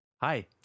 Hi